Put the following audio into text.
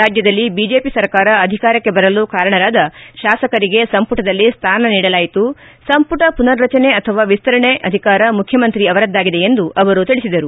ರಾಜ್ಞದಲ್ಲಿ ಬಿಜೆಪಿ ಸರ್ಕಾರ ಅಧಿಕಾರಕ್ಕೆ ಬರಲು ಕಾರಣರಾದ ಶಾಸಕರಿಗೆ ಸಂಪುಟದಲ್ಲಿ ಸ್ಥಾನ ನೀಡಲಾಯಿತು ಸಂಪುಟ ಪುನರ್ರಚನೆ ಅಥವಾ ವಿಸ್ತರಣೆ ಅಧಿಕಾರ ಮುಖ್ಯಮಂತ್ರಿ ಅವರದ್ದಾಗಿದೆ ಎಂದು ಅವರು ತಿಳಿಸಿದರು